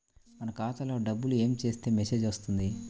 మన ఖాతాలో డబ్బులు ఏమి చేస్తే మెసేజ్ వస్తుంది?